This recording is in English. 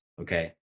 Okay